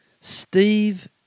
Steve